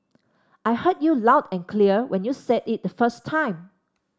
I heard you loud and clear when you said it the first time